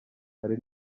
hari